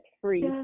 free